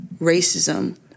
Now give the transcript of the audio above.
racism